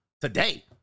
today